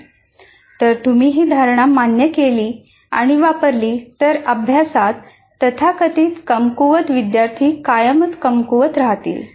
जर तुम्ही ही धारणा मान्य केली आणि वापरली तर अभ्यासात तथाकथित कमकुवत विद्यार्थी कायमच कमकुवत राहतील